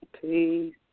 Peace